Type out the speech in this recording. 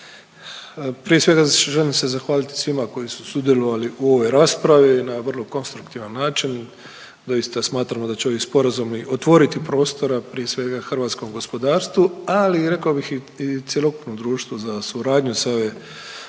Prije svega želim se zahvaliti svima koji su sudjelovali u ovoj raspravi na vrlo konstruktivan način. Doista smatramo da će ovi sporazumi otvoriti prostora prije svega hrvatskom gospodarstvu, ali i rekao bih i cjelokupnom društvu za suradnju s ove